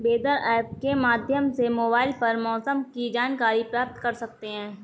weather app के माध्यम से मोबाइल पर मौसम की जानकारी प्राप्त कर सकते हैं